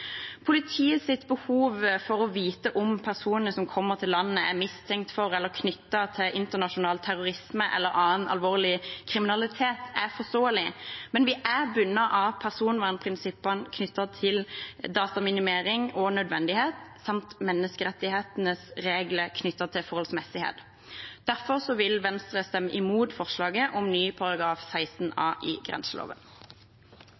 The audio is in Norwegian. behov for å vite om personer som kommer til landet, er mistenkt for eller knyttet til internasjonal terrorisme eller annen alvorlig kriminalitet, er forståelig, men vi er bundet av personvernprinsippene knyttet til dataminimering og nødvendighet, samt menneskerettighetenes regler knyttet til forholdsmessighet. Derfor vil Venstre stemme imot forslaget om ny § 16